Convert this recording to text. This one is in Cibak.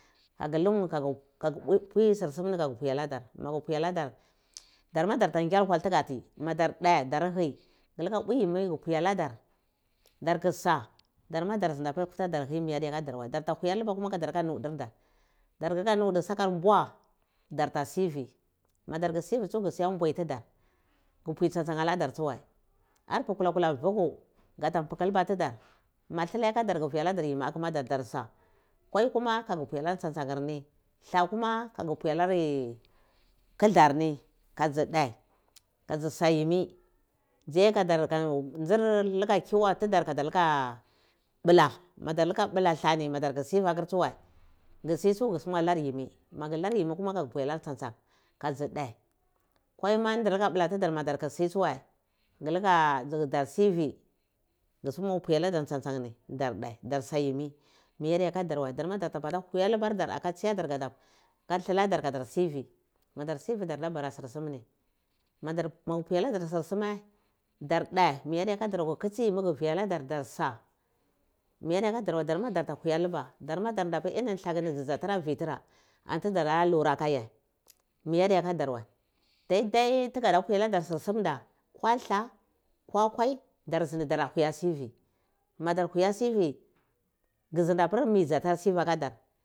kagu sun pwi sir sum ni aga pwi alodar magu pwialadar dama data nyar wal tigati madardhe dar hye ghu luka pwi yimmir ghu pwi aladar darkusa dama damda pir kuta dar hyi mi adiyakadar wai darta huya luba kuma kadar luba nudar dari dar luka nude saka mbwa darta sivi madar dza sive tsu ga luka mbwe tidar ghu mpwi tsantsan aladar tsuwai arpu kulakula vuku gata pikilta tidar ma hilai akadar tsuwai aga vi aladar yimmi aladar nirsa kwai kuma aga pwi ala tsantsan ni dlah kuma gaa mpwi alar kildlar ni ka dzi dhe ka dzi sayimi dziye kadar ngir luka kiwiye kadar luka bla mada luka bla la ni madar sive aka tsuwai ghu si tsu gu luku lar yimi mu gwu lar yimmi kuma kama gu pwi alar tsantsan kamar ghu nar ga dzidhe kwar ma nduluka blanai tidar madar kusi tsuwai dar sivi ghu suwan mpwi aladar tson tsan ni dar dheh dar sa yimi yimi adiya kardar wai dama darta mpala huya labar dar aka bula dar kadar sivi madar sivi dar da bara sur sum ni maga pwi aladar sur sume dor da mi adiyuka dar wai kitsi yimi ghu vi aladar darsa mi adiyayadar wai darma darta huya lubadar ma darnda pir na nni ani laku tara vitira anti dara lura akaga mi aayakaar wai dardai tuga diya pwi aladar sur sum nda koi akala ka dor zindi gara huya sivi mada huya sivi gu zindi apir mitara sivi aka dar